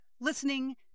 listening